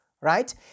right